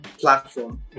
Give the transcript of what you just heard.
platform